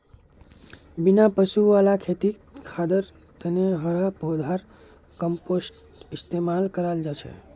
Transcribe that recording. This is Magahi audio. बिना पशु वाला खेतित खादर तने हरा पौधार कम्पोस्ट इस्तेमाल कराल जाहा